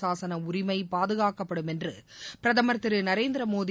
சாசன உரிமை பாதுகாக்கப்படும் என்று பிரதமர் திரு நரேந்திரமோடி